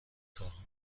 خواهم